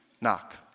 knock